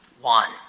one